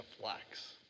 flex